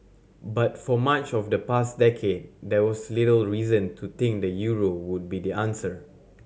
but for much of the past decade there was little reason to think the euro would be the answer